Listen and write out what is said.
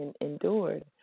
endured